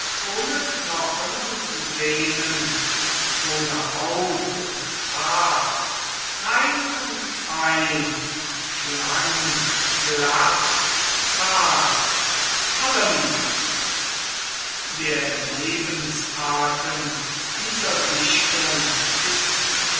ohne knochen und sehnen ohne haut und haar rein und fein schlank glatt zart allerliebst der lebensatem dieser dichtung ist